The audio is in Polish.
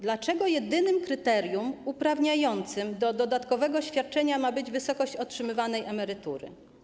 Dlaczego jedynym kryterium uprawniającym do dodatkowego świadczenia ma być wysokość otrzymywanej emerytury?